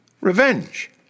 Revenge